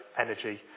energy